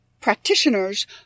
practitioners